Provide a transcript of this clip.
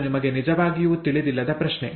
ಅದು ನಿಮಗೆ ನಿಜವಾಗಿಯೂ ತಿಳಿದಿಲ್ಲದ ಪ್ರಶ್ನೆ